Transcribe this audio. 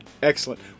excellent